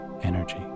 energy